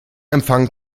empfang